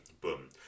Boom